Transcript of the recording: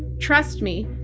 trust me,